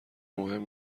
مهم